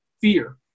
fear